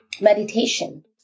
meditation